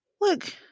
look